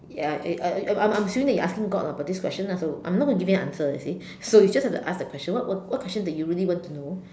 ya I I I am assuring you are asking god lah but this question lah so I am not going to give you an answer you see so you just have to ask the question what what question that you really want to know